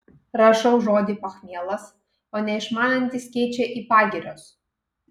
rašau žodį pachmielas o neišmanantys keičia į pagirios